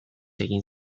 egin